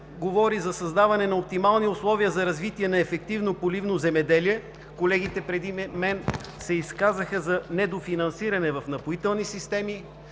говори за създаване на оптимални условия за развитие на ефективно поливно земеделие, колегите преди мен се изказаха за недофинансиране в „Напоителни системи“,